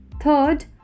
Third